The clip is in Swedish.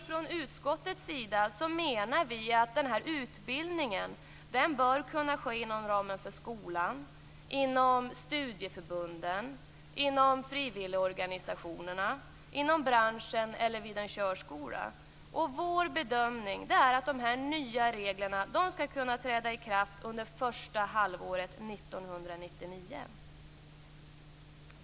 Från utskottets sida menar vi att denna utbildning bör kunna ske inom ramen för skolan, inom studieförbunden, inom frivilligorganisationerna, inom branschen eller vid en körskola. Vår bedömning är att dessa nya regler skall kunna träda i kraft under första halvåret 1999.